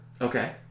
Okay